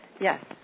Yes